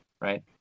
Right